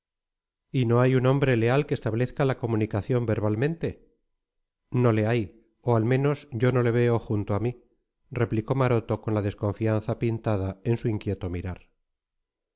y no hay un hombre leal que establezca la comunicación verbalmente no le hay o al menos yo no le veo junto a mí replicó maroto con la desconfianza pintada en su inquieto mirar